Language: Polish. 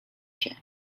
się